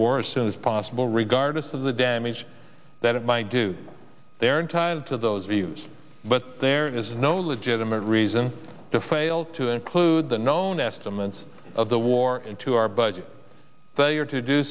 war as soon as possible regardless of the damage that it might do they're entitled to those views but there is no legitimate reason to fail to include the known estimates the war to our budget they are to do